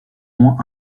moins